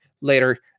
later